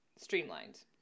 streamlined